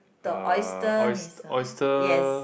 the oyster-Mee-Sua yes